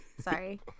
Sorry